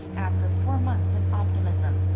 after four months of optimism.